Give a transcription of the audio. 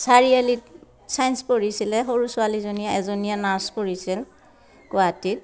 চাৰিআলিত চাইন্স পঢ়িছিলে সৰু ছোৱালীজনীয়ে এজনীয়ে নাৰ্চ পঢ়িছিল গুৱাহাটীত